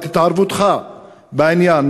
את התערבותך בעניין,